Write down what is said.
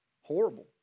horrible